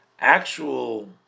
actual